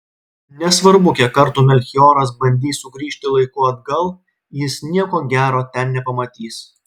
nesvarbu kiek kartų melchioras bandys sugrįžti laiku atgal jis nieko gero ten nepamatys